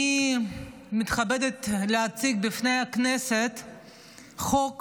אני מתכבדת להציג בפני הכנסת חוק